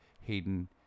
Hayden